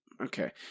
Okay